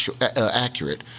accurate